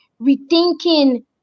rethinking